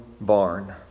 barn